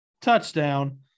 touchdown